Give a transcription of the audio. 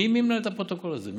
מי מנהל את הפרוטוקול הזה?